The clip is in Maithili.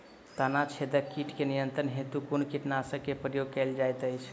तना छेदक कीट केँ नियंत्रण हेतु कुन कीटनासक केँ प्रयोग कैल जाइत अछि?